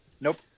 nope